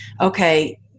okay